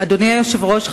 אדוני היושב-ראש,